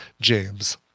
James